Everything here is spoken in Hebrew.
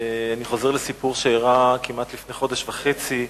אני חוזר לסיפור שאירע לפני כמעט חודש וחצי.